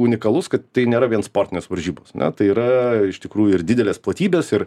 unikalus kad tai nėra vien sportinės varžybos ne tai yra iš tikrųjų ir didelės platybės ir